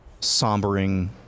sombering